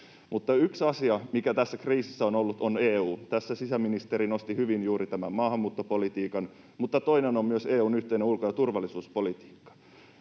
Mutta yksi asia, mikä tässä kriisissä on ollut, on EU. Tässä sisäministeri nosti hyvin juuri tämän maahanmuuttopolitiikan, mutta toinen on myös EU:n yhteinen ulko- ja turvallisuuspolitiikka.